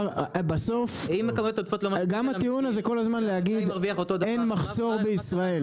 בסוף גם הטיעון הזה כל הזמן להגיד אין מחסור בישראל.